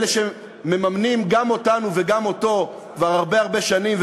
אלה שמממנים גם אותנו וגם אותו כבר הרבה הרבה שנים,